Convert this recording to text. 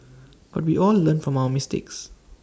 but we all learn from our mistakes